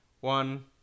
one